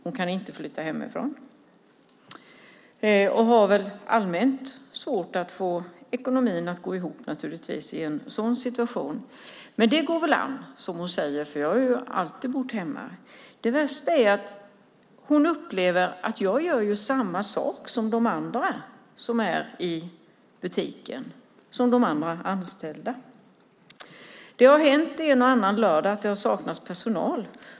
Hon kan inte flytta hemifrån och har naturligtvis svårt att rent allmänt få ekonomin att gå ihop. Men det går väl an, säger hon, eftersom hon alltid bott hemma. Samtidigt upplever hon att hon gör samma sak som de andra anställda i butiken. Det har hänt en och annan lördag att det saknats personal.